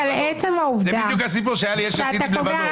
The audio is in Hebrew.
זה בדיוק הסיפור שהיה ל-יש עתיד עם לבנון.